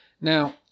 Now